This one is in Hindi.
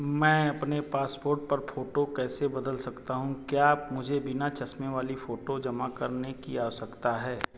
मैं अपनी पासपोर्ट पर फोटो कैसे बदल सकता हूँ क्या आप मुझे बिना चश्मे वाली फोटो जमा करने की आवश्यकता है